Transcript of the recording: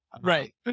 right